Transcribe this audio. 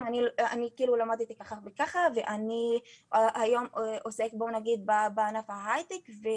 "..אני למדתי ככה וככה ואני היום עוסק בענף ההייטק.."